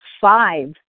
five